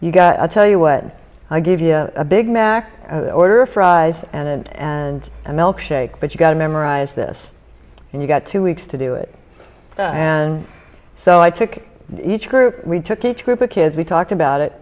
you got to tell you what i give you a big mac order fries and and a milkshake but you got to memorize this and you've got two weeks to do it and so i took each group we took each group of kids we talked about it